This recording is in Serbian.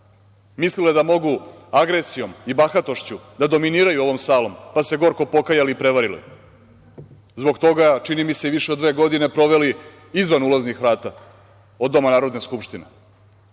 mislila je da mogu agresijom i bahatošću da dominiraju ovom salom, pa se gorko pokajali i prevarili, zbog toga čini mi se i više od dve godine proveli izvan ulaznih vrata Doma Narodne skupštine,